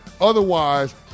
Otherwise